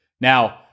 Now